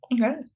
okay